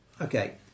Okay